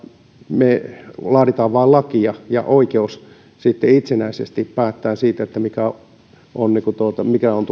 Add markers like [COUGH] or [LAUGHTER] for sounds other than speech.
me laadimme vain lakia ja oikeus sitten itsenäisesti päättää siitä mikä on [UNINTELLIGIBLE]